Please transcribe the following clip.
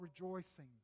rejoicing